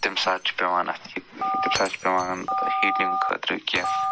تَمہِ ساتہٕ چھِ پٮ۪وان اَتھ یہِ تَمہِ ساتہٕ چھِ پٮ۪وان ہیٖٹِنٛگ خٲطرٕ کیٚنہہ